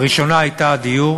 הראשונה הייתה הדיור,